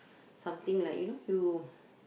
something like you know you